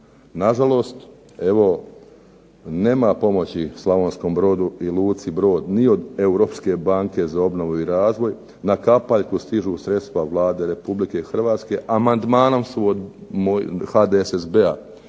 Na žalost evo nema pomoći Slavonskom Brodu i luci Brod ni od Europske banke za obnovu i razvoj, na kapaljku stižu sredstva Vlade Republike Hrvatske, amandmanom od HDSSB-a